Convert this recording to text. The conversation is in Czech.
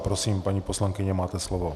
Prosím, paní poslankyně, máte slovo.